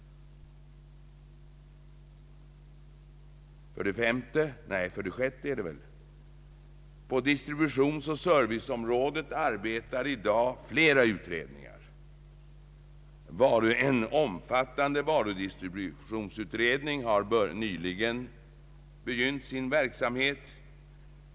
För det sjunde arbetar inom distributionsoch serviceområdet i dag flera utredningar. En omfattande varudistributionsutredning har nyligen begynt sin verksamhet.